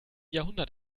jahrhundert